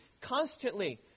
constantly